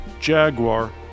Jaguar